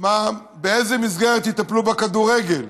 באיזו מסגרת יטפלו בכדורגל.